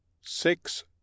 Six